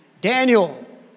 Daniel